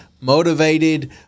motivated